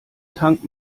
tankt